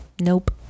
nope